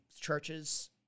churches